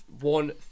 one